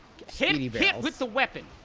hit hit with the weapon.